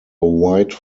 white